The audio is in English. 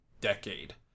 decade